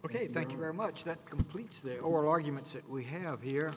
ok thank you very much that completes their arguments that we have here